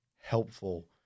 helpful